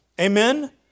Amen